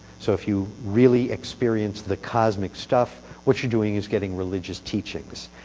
so if you really experience the cosmic stuff, what you're doing is getting religious teachings.